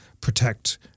protect